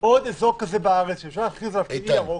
עוד אזור בארץ שאפשר להכריז עליו כאזור ירוק,